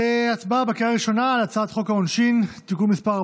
הצבעה בקריאה ראשונה על הצעת חוק העונשין (תיקון מס'